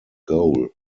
goal